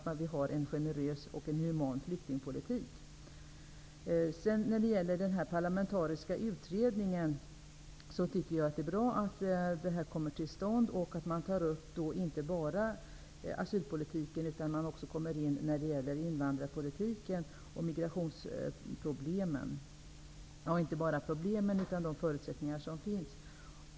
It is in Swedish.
Jag tycker att det är bra att det blir en parlamentarisk utredning och att man inte bara tar upp asylpolitiken, utan också invandrarpolitiken och migrationsproblemen och de förutsättningar som finns.